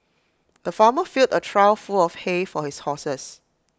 the farmer filled A trough full of hay for his horses